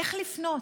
איך לפנות.